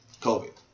COVID